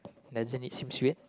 doesn't it seems weird